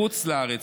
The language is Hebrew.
בחוץ לארץ,